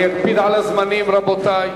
אני אקפיד על הזמנים, רבותי.